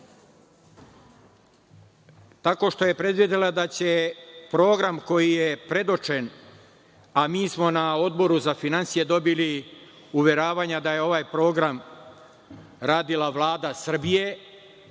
tako što je predvidela da program koji je predočen, a mi smo na Odboru za finansije dobili uveravanja da je ovaj program radila Vlada Srbije,